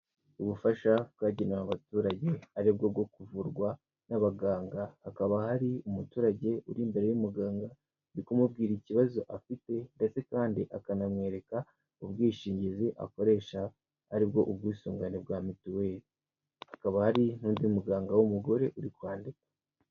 Ubufasha bwagenewe abaturage ari bwo bwo kuvurwa n'abaganga, hakaba hari umuturage uri imbere y'umuganga, uri kumubwira ikibazo afite ndetse kandi akanamwereka ubwishingizi akoresha ari bwo ubwisungane bwa mituweri, hakaba hari n'undi muganga w'umugore uri kwandika.